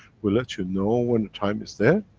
we'll let you know when the time is there.